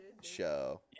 show